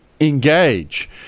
Engage